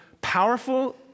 powerful